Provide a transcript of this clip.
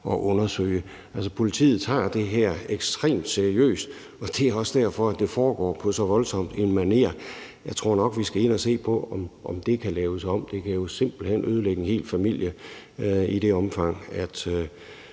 at undersøge. Altså, politiet tager det her ekstremt seriøst, og det er også derfor, at det foregår på så voldsom en manér. Jeg tror nok, vi skal ind at se på, om det kan laves om. For det kan jo simpelt hen ødelægge en hel familie, og det